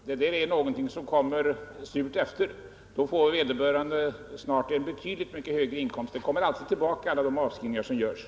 Fru talman! Gör man så kommer det surt efter. Vederbörande får då snart en betydligt högre inkomst; alla avskrivningar som görs kommer alltid tillbaka.